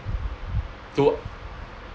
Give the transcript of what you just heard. so